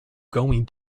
going